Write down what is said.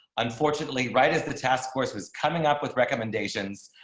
unfortunately, right as the task force was coming up with recommendations.